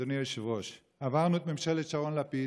אדוני היושב-ראש, עברנו את ממשלת שרון-לפיד,